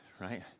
right